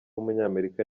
w’umunyamerika